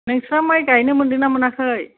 नोंस्रा माइ गायनो मोनदोंना मोनाखै